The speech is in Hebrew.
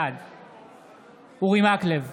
בעד אורי מקלב,